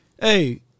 Hey